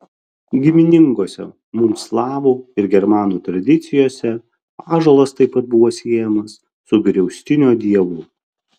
giminingose mums slavų ir germanų tradicijose ąžuolas taip pat buvo siejamas su griaustinio dievu